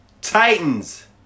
Titans